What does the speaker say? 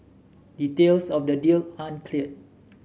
details of the deal aren't clear